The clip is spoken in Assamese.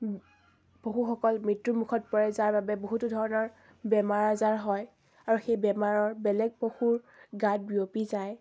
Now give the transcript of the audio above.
পশুসকল মৃত্যুমুখত পৰে যাৰ বাবে বহুতো ধৰণৰ বেমাৰ আজাৰ হয় আৰু সেই বেমাৰৰ বেলেগ পশুৰ গাত বিয়পি যায়